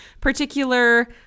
particular